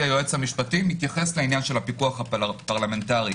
היועץ המשפטי מתייחס לעניין הפיקוח הפרלמנטרי.